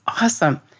awesome